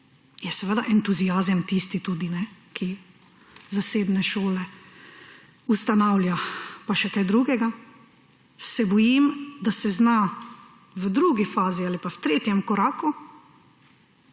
je seveda entuziazem tudi tisti, ki zasebne šole ustanavlja, pa še kaj drugega, se bojim, da zna v drugi fazi ali pa v tretjem koraku